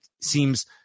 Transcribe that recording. seems